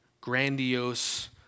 grandiose